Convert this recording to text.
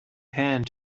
hand